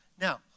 Now